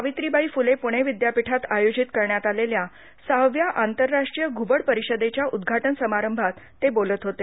सावित्रीबाई फुले पुणे विद्यापीठात आयोजित करण्यात आलेल्या सहाव्या आंतरराष्ट्रीय घुबड परिषदेच्या उद्घाटन समारंभात ते बोलत होते